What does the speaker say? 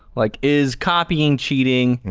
like is copying cheating,